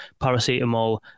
Paracetamol